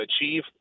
achieve